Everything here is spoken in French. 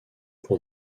pour